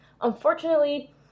unfortunately